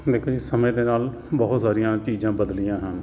ਦੇਖੋ ਜੀ ਸਮੇਂ ਦੇ ਨਾਲ ਬਹੁਤ ਸਾਰੀਆਂ ਚੀਜ਼ਾਂ ਬਦਲੀਆਂ ਹਨ